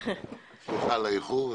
סליחה על האיחור.